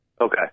Okay